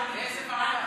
לאיזו ועדה?